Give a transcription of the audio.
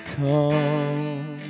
come